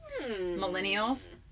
Millennials